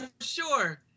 sure